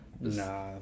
nah